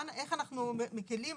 איך אנחנו מקלים,